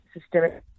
systemic